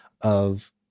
of-